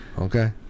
Okay